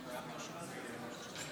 מצביעה משה סעדה,